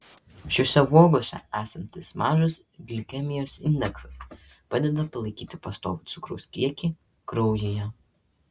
šiose uogose esantis mažas glikemijos indeksas padeda palaikyti pastovų cukraus kiekį kraujyje